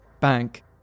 bank